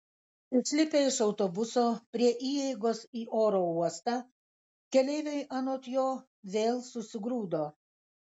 išlipę iš autobuso prie įeigos į oro uostą keleiviai anot jo vėl susigrūdo